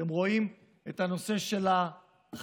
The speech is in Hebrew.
אתם רואים את הנושא של החיילים,